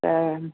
त